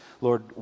Lord